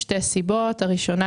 שתי סיבות לעודפים: הראשונה,